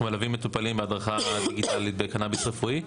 אנחנו מלווים מטופלים בהדרכה דיגיטלית בקנביס רפואי.